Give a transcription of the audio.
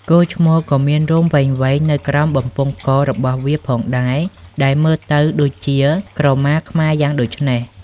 គោឈ្មោលក៏មានរោមវែងៗនៅក្រោមបំពង់ករបស់វាផងដែរ ដែលមើលទៅដូចជាក្រមាខ្មែរយ៉ាងដូច្នេះ។